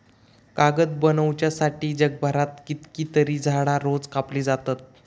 कागद बनवच्यासाठी जगभरात कितकीतरी झाडां रोज कापली जातत